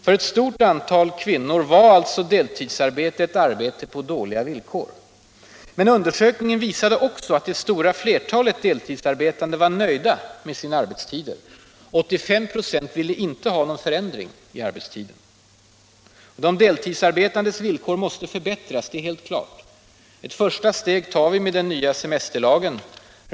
För ett stort antal kvinnor var alltså deltidsarbetet ett arbete på dåliga villkor. Men undersökningen visade också att det stora flertalet deltidsarbetande var nöjda med sina arbetstider. 75 96 ville inte ha någon förändring i arbetstiden. De deltidsarbetandes villkor måste förbättras — det är helt klart. Ett första steg tar vi med den nya semesterlagen.